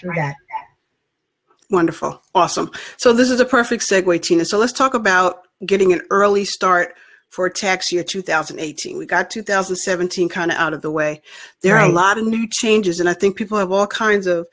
through wonderful awesome so this is a perfect segue tina so let's talk about getting an early start for tax year two thousand and eighteen we got two thousand and seventeen kind of out of the way there are a lot of changes and i think people have all kinds of